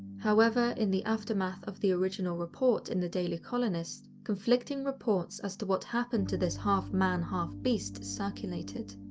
however, in the aftermath of the original report in the daily colonist, conflicting reports as to what happened to this half man, half beast circulated.